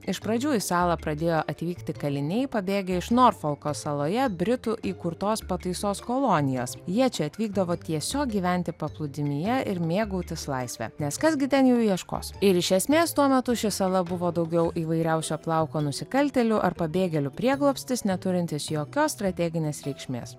iš pradžių į salą pradėjo atvykti kaliniai pabėgę iš norfolko saloje britų įkurtos pataisos kolonijos jie čia atvykdavo tiesiog gyventi paplūdimyje ir mėgautis laisve nes kas gi ten jų ieškos ir iš esmės tuo metu ši sala buvo daugiau įvairiausio plauko nusikaltėlių ar pabėgėlių prieglobstis neturintis jokios strateginės reikšmės